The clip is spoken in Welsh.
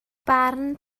barn